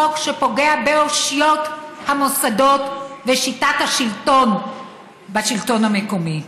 חוק שפוגע באושיות המוסדות ובשיטת השלטון בשלטון המקומי.